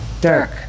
dirk